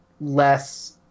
less